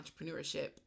entrepreneurship